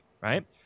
right